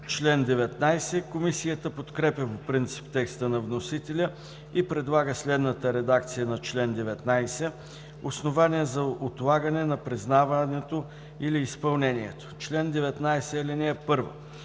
КИРИЛОВ: Комисията подкрепя по принцип текста на вносителя и предлага следната редакция на чл. 19: „Основания за отлагане на признаването или изпълнението Чл. 19. (1)